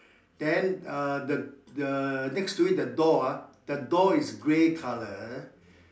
then uh the the next to it the door ah the door is grey colour